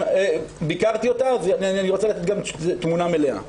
ביקרתי אותה ואני רוצה לתת תמונה מלאה.